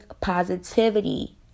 positivity